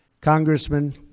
Congressman